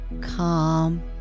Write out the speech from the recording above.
calm